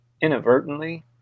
inadvertently